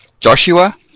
Joshua